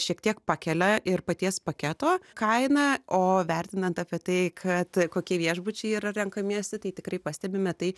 šiek tiek pakelia ir paties paketo kainą o vertinant apie tai kad kokie viešbučiai yra renkamiesi tai tikrai pastebime tai